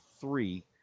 three